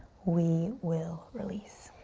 we will release.